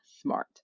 SMART